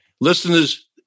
Listeners